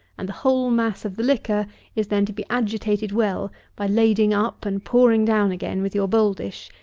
and the whole mass of the liquor is then to be agitated well by lading up and pouring down again with your bowl-dish,